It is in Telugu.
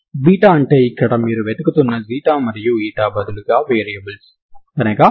బీటా అంటే ఇక్కడ మీరు వెతుకుతున్న మరియు బదులుగా వేరియబుల్స్ అనగా β 32x